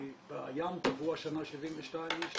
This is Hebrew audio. כי בים טבעו השנה 72 אנשים.